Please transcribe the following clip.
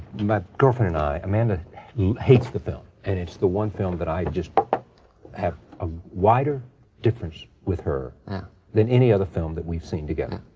my girlfriend and i amanda hates the film and it's the one film that i just have a wider difference with her than any other film that we've seen together.